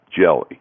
jelly